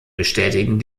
bestätigen